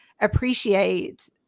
appreciate